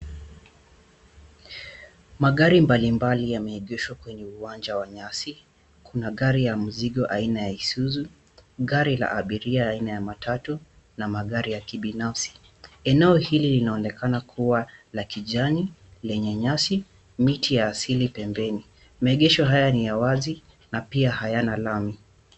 Magari mbalimbali yameegeshwa kwneye uwanja wa nyasi. Kuna gari ya mzigo aina la Isuzu, gari la abiria aina ya matatu na magari ya kibinafsi. Eneo hili linaonekana kuwa la kijani, lenye nyasi, miti ya asili pembeni. Maegesho haya ni ya wazi na pia hayana lami.